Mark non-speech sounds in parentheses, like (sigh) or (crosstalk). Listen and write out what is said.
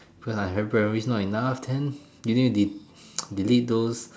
but like ample memory is not enough then you need to (noise) delete those